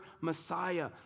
Messiah